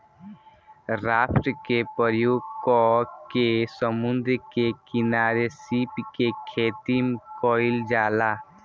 raft के प्रयोग क के समुंद्र के किनारे सीप के खेतीम कईल जाला